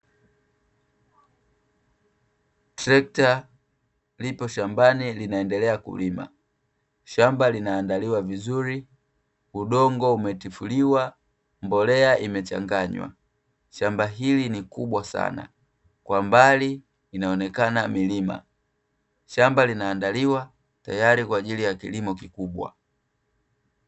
Trekta lipo shambani linaendelea kulima, shamba linaandaliwa vizuri udongo umetifuliwa mbolea, imechanganywa shamba hili ni kubwa sana kwa mbali inaonekana milima, shamba linaandaliwa tayari kwa ajili ya kilimo kikubwa.